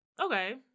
okay